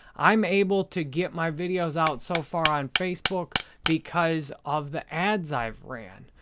i'm able to get my videos out so far on facebook because of the ads i've ran,